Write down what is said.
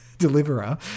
Deliverer